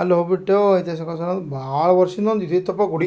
ಅಲ್ಲಿ ಹೋಗಿಬಿಟ್ಟೆವು ಐತಿಹಾಸಿಕ ಸ್ಥಳದ್ ಭಾಳ್ ವರ್ಷದಿಂದ ಒಂದು ಇದು ಇತ್ತಪ್ಪ ಗುಡಿ